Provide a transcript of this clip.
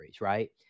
right